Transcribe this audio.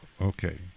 Okay